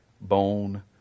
Bone